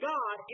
God